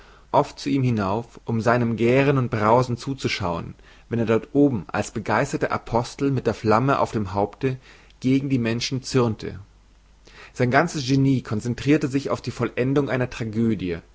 oft zu ihm hinauf um seinem gähren und brausen zuzuschauen wenn er dort oben als begeisterter apostel mit der flamme auf dem haupte gegen die menschen zürnte sein ganzes genie konzentrirte sich auf die vollendung einer tragödie